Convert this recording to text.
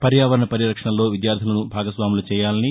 పర్యావరణ పరిరక్షణలో విద్యార్యలను భాగస్వాములను చేయాలని